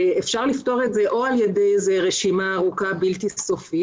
אפשר לפתור את זה על ידי רשימה ארוכה בלתי סופית,